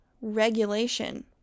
regulation